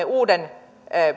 uuden